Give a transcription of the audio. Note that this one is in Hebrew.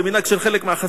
זה מנהג של החסידים.